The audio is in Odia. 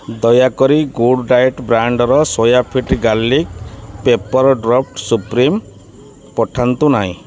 ଦୟାକରି ଗୁଡ଼୍ ଡ଼ାଏଟ୍ ବ୍ରାଣ୍ଡ୍ର ସୋୟଫିଟ୍ ଗାର୍ଲିକ୍ ପିପ୍ପର୍ ଡ୍ରପ୍ଟ ସୁପ୍ରିମ୍ ପଠାନ୍ତୁ ନାହିଁ